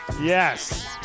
Yes